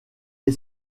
est